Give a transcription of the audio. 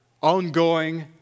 ongoing